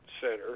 Center